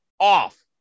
Off